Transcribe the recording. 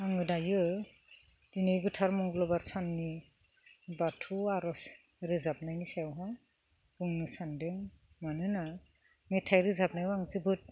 आङो दायो दिनै गोथार मंगलबार साननि बाथौ आर'ज रोजाबनायनि सायावहाय बुंनो सान्दों मानोना मेथाइ रोजाबनायाव आं जोबोद